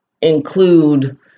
include